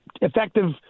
effective